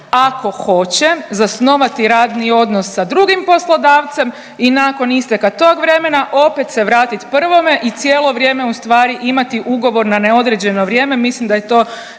ako hoće zasnovati radni odnos sa drugim poslodavcem i nakon isteka tog vremena opet se vratiti prvome i cijelo vrijeme ustvari imati ugovor na neodređeno vrijeme, mislim da je to